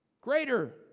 greater